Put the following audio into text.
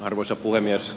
arvoisa puhemies